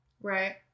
Right